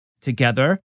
together